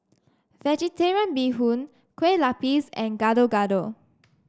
vegetarian Bee Hoon Kueh Lapis and Gado Gado